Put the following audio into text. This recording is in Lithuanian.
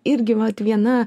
irgi vat viena